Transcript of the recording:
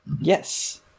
Yes